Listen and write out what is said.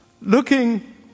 looking